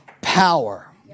Power